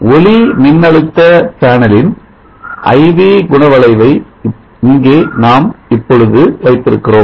ஒளிமின்னழுத்த பேனலின் I V குணவளைவை இங்கே நாம் இப்பொழுது வைத்திருக்கிறோம்